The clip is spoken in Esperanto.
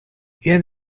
jen